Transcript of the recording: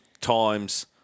times